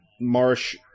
Marsh